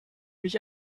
mich